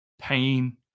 pain